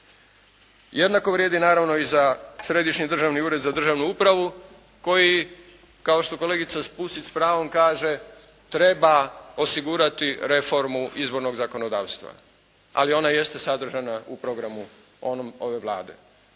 Jednako vrijedi naravno i za Središnji državni ured za državnu upravu koji kao što kolegica Pusić s pravom kaže treba osigurati reformu izbornog zakonodavstva ali ona jeste sadržana u programu, onom ove Vlade.